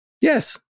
Yes